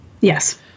yes